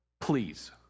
Please